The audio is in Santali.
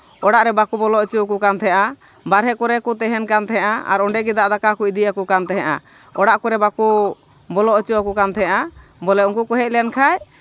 ᱚᱲᱟᱜ ᱨᱮ ᱵᱟᱠᱚ ᱵᱚᱞᱚ ᱦᱚᱪᱚ ᱠᱚ ᱠᱟᱱ ᱛᱟᱦᱮᱸᱜᱼᱟ ᱵᱟᱦᱨᱮ ᱠᱚᱨᱮᱜ ᱠᱚ ᱛᱟᱦᱮᱱ ᱠᱟᱱ ᱛᱟᱦᱮᱸᱜᱼᱟ ᱟᱨ ᱚᱸᱰᱮ ᱜᱮ ᱫᱟᱜ ᱫᱟᱠᱟ ᱠᱚ ᱤᱫᱤᱭᱟᱠᱚ ᱠᱟᱱ ᱛᱟᱦᱮᱸᱜᱼᱟ ᱚᱲᱟᱜ ᱠᱚᱨᱮᱜ ᱵᱟᱠᱚ ᱵᱚᱞᱚ ᱦᱚᱪᱚ ᱠᱟᱱ ᱛᱟᱦᱮᱸᱜᱼᱟ ᱵᱚᱞᱮ ᱩᱱᱠᱩ ᱠᱚ ᱦᱮᱡ ᱞᱮᱱᱠᱷᱟᱡ